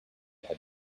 had